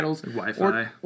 Wi-Fi